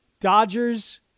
Dodgers